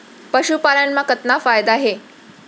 पशुपालन मा कतना फायदा हे?